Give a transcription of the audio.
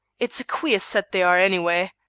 it's a queer set they are anyway,